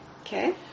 Okay